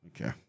Okay